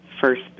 first